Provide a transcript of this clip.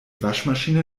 waschmaschine